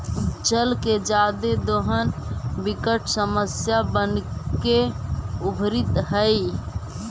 जल के जादे दोहन विकट समस्या बनके उभरित हई